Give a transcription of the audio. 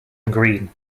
green